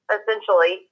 Essentially